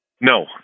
No